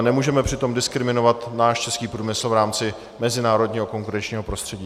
Ale nemůžeme přitom diskriminovat náš český průmysl v rámci mezinárodního konkurenčního prostředí.